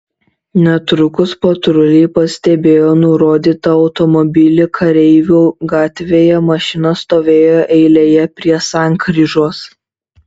netrukus patruliai pastebėjo nurodytą automobilį kareivių gatvėje mašina stovėjo eilėje prie sankryžos